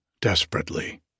desperately